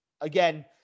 Again